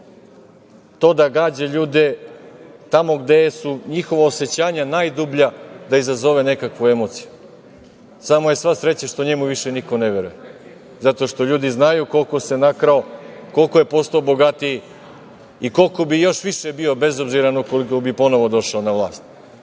to da gađa ljude tamo gde su njihova osećanja najdublja, da izazove nekakvu emociju. Samo je sva sreća što njemu više niko ne veruje, zato što ljudi znaju koliko se nakrao, koliko je postao bogatiji i koliko bi još više bio bezobziran ukoliko bi ponovo došao na vlast. To